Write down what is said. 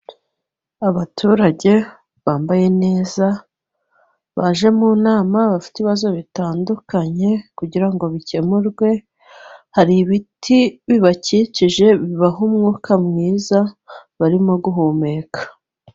Abaturage bambaye neza baje mu nama, bafite ibibazo bitandukanye kugira ngo bikemurwe ,hari ibiti bibakikije bibaha umwuka mwiza barimo guhumeka.